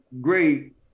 great